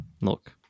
Look